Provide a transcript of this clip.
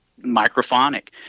microphonic